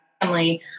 family